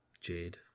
Jade